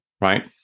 right